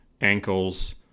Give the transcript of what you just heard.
ankles